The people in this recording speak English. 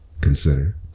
Consider